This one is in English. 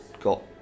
got